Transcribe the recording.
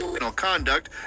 ...conduct